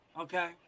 Okay